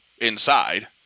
inside